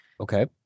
Okay